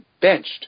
benched